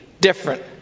different